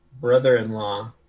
brother-in-law